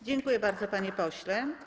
Dziękuję bardzo, panie pośle.